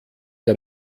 der